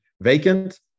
vacant